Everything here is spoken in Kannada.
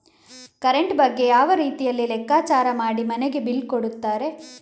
ಕರೆಂಟ್ ಬಗ್ಗೆ ಯಾವ ರೀತಿಯಲ್ಲಿ ಲೆಕ್ಕಚಾರ ಮಾಡಿ ಮನೆಗೆ ಬಿಲ್ ಕೊಡುತ್ತಾರೆ?